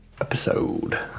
episode